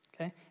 okay